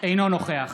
נוכח